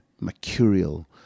mercurial